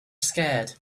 scared